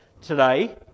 today